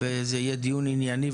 וזה יהיה דיון ענייני,